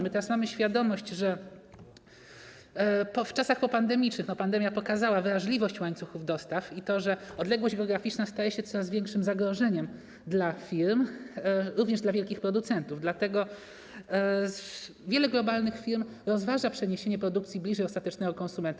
Mamy świadomość, że w czasach popandemicznych - pandemia pokazała wrażliwość łańcuchów dostaw i to, że odległość geograficzna staje się coraz większym zagrożeniem dla firm, również dla wielkich producentów - wiele globalnych firm rozważa przeniesienie produkcji bliżej ostatecznego konsumenta.